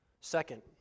Second